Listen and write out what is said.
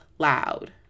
Loud